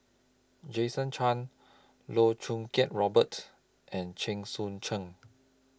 Jason Chan Loh Choo Kiat Robert and Chen Sucheng